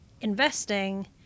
investing